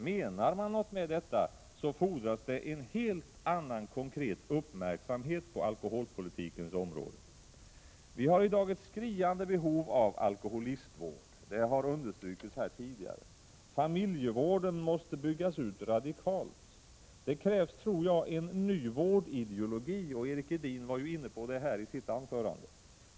Menar man något med detta fordras det en helt annan konkret uppmärksamhet på alkoholpolitikens område. Vi hari dag ett skriande behov av alkoholistvård. Det har understrukits här tidigare. Familjevården måste byggas ut radikalt. Det krävs, tror jag, en ny vårdideologi. Erik Edin var inne på det i sitt anförande.